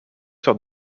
sort